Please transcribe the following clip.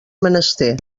menester